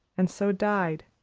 and so died,